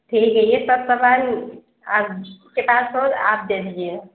ٹھیک ہے یہ سب سامان آپ آپ دے دیجیے گا